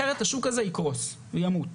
אחרת השוק הזה יקרוס, הוא ימות.